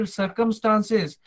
circumstances